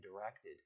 directed